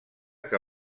que